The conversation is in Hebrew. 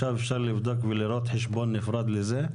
אפשר לבדוק ולראות חשבון נפרד לזה?